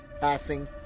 passing